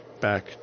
back